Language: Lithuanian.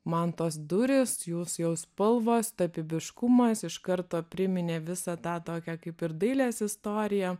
man tos durys jūs jau spalvos tapybiškumas iš karto priminė visą tą tokią kaip ir dailės istoriją